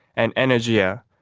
and energia,